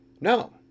no